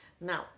Now